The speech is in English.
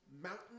mountain